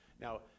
Now